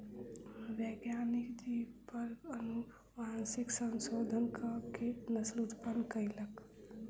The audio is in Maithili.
वैज्ञानिक जीव पर अनुवांशिक संशोधन कअ के नस्ल उत्पन्न कयलक